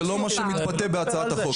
זה לא מה שמתבטא בהצעת החוק.